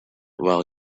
well